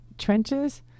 trenches